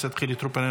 חבר הכנסת חילי טרופר,